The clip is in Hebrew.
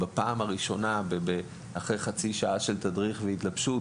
אחרי מספר שנים שהם